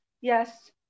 yes